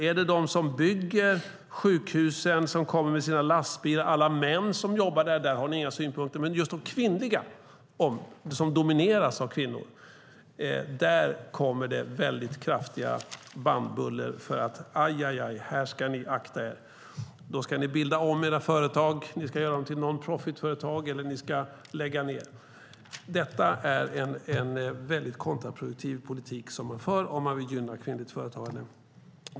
Är det de som bygger sjukhusen som kommer med sina lastbilar, alla män som jobbar där? Där har ni inga synpunkter. Men för de områden som domineras av kvinnor kommer det kraftiga bannbullor: Aj, aj, aj, här ska ni akta er. Företagen ska ombildas till non-profit-företag eller läggas ned. Detta är en kontraproduktiv politik om man vill gynna kvinnligt företagande.